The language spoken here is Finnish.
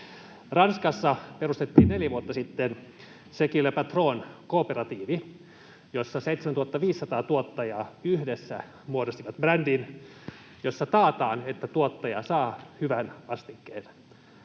Ranskassa perustettiin neljä vuotta sitten C'est qui le Patron? ‑kooperatiivi, jossa 7 500 tuottajaa yhdessä muodostivat brändin, jossa taataan, että tuottaja saa hyvän vastikkeen.